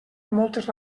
moltes